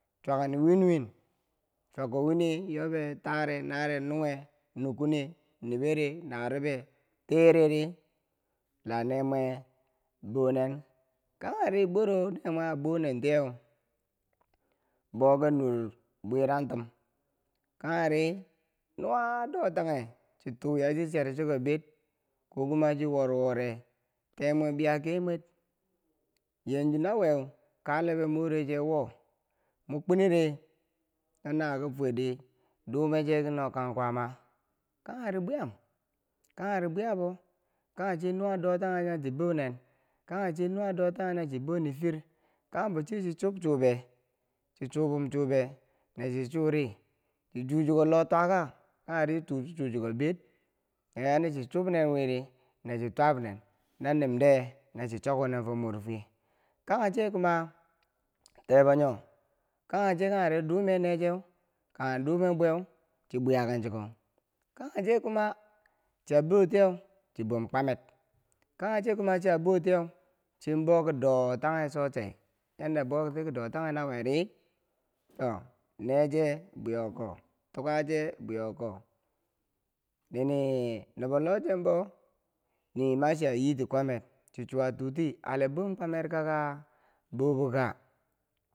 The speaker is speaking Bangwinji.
Chwyakne win win chwyako wine yobe tare nare nunghe nukkune nibere narube tereri la neemwe bonen kangheri boro neemwe a bonentiye boku nung bwerangtum kanghere nuwa dotanghe chitu chi cherchuko ber kokuma chiworwore temobiya kemer yanju naweu, kale be mureche wo no mo kweni ri no nawiyeu ki fwerdi dumechekino kang kwama kangheri bwiyam kangheri bwiyabo kangheche nuwadotanghe nachi bonen, kanghe che nuwa dotanghe nachiya bo niifir kanghembo che chichub chube chi chuubum chuube na chichuri chi chu choko lotwaka kangheri chituu chi chwu chuko ber yanachi chub nen wiri nachiya twakumen na nemde nachiya chukwo nen fo murfowe kangheche kuma kebonyo kanghecheu kangheri dume nee cheu kangha dume bweu chi bwiyaken chuko Kanghe che kuma chiya botiyeu chibom kwamed Kanghe che kuma chiya botiyeu che boki do- tanghe cho- chai yanda bouti dotanghe naweri to neeche bwiyon ko tukache bwiyo ko nini nubo lochembo machiya yiti kwamer chichuwatuti ale bom kwamer kakaa bo bo ka?